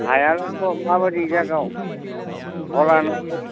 हायालाय माबायदि जागायाव धला ना बोरि